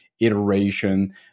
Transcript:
iteration